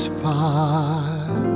far